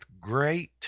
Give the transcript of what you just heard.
great